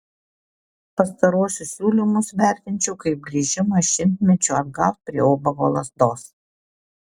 pastaruosius siūlymus vertinčiau kaip grįžimą šimtmečiu atgal prie ubago lazdos